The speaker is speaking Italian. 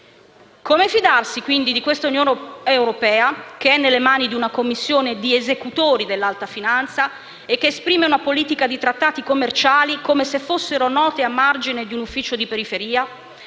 Come fidarsi di questa Unione europea che è nelle mani una Commissione di esecutori dell'alta finanza che esprime una politica di trattati commerciali come se fossero note a margine di un ufficio di periferia?